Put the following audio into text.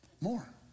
More